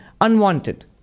unwanted